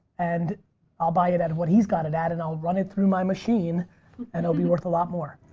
and i'll buy it at what he's got it at and i'll run it through my machine and it'll be worth a lot more.